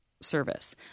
service